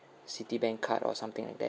citibank card or something like that